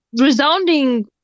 resounding